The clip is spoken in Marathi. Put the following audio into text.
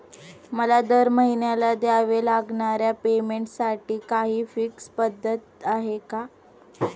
मला दरमहिन्याला द्यावे लागणाऱ्या पेमेंटसाठी काही फिक्स पद्धत आहे का?